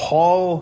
Paul